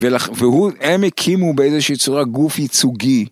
והם הקימו באיזושהי צורה גוף ייצוגי.